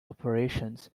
operations